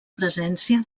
presència